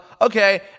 Okay